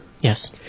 Yes